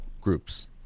groups